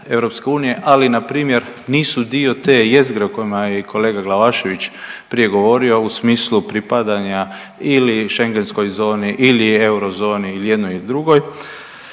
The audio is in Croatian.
ali npr. nisu dio te jezgre o kojima je i kolega Glavašević prije govorio u smislu pripadanja ili šengenskoj zoni ili eurozoni ili jednoj i drugoj